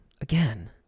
Again